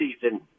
season